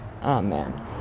amen